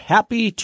Happy